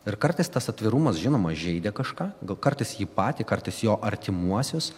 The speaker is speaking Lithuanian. ir kartais tas atvirumas žinoma žeidė kažką gal kartais jį patį kartais jo artimuosius